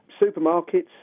Supermarkets